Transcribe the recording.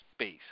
space